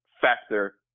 factor